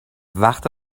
وقت